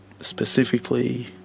specifically